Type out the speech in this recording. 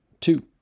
Two